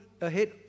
ahead